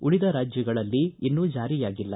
ಉಳದ ರಾಜ್ಯಗಳಲ್ಲಿ ಇನ್ನೂ ಜಾರಿಯಾಗಿಲ್ಲ